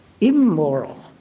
immoral